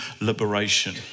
liberation